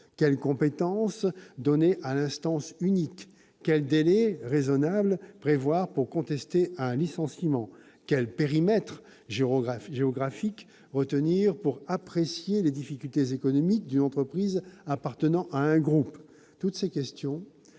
Quelles compétences donner à l'instance unique ? Quel délai raisonnable prévoir pour contester un licenciement ? Quel périmètre géographique retenir pour apprécier les difficultés économiques d'une entreprise appartenant à un groupe ?